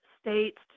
states